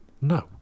No